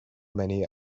many